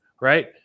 right